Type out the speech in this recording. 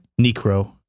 Necro